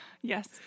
yes